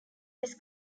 this